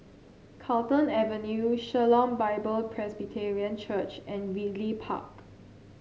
Carlton Avenue Shalom Bible Presbyterian Church and Ridley Park